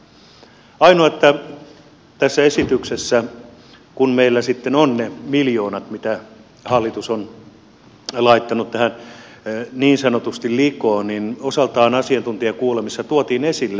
ainoa mitä tässä esityksessä kun meillä sitten on ne miljoonat mitä hallitus on laittanut tähän niin sanotusti likoon osaltaan asiantuntijakuulemisissa tuotiin esille